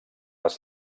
les